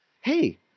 hey